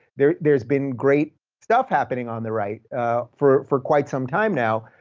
there's there's been great stuff happening on the right for for quite some time now,